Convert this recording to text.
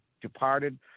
departed